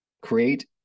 create